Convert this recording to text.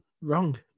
Wrong